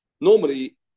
Normally